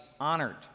honored